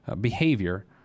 behavior